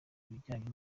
bijyanye